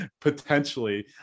potentially